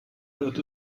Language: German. wird